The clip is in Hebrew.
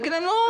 נגיד להם: לא.